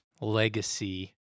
legacy